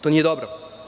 To nije dobro.